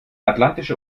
atlantische